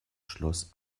schloss